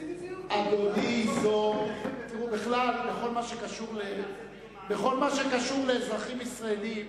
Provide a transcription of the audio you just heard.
שיציג את זה, בכל מה שקשור לאזרחים ישראלים,